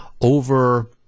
over